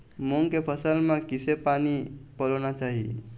मूंग के फसल म किसे पानी पलोना चाही?